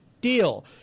Deal